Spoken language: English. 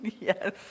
yes